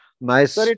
nice